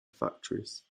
factories